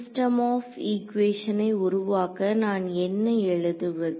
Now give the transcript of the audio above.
system of ஈக்குவேசனை உருவாக்க நான் என்ன எழுதுவது